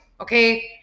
Okay